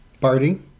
Barty